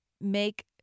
make